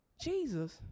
jesus